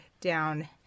down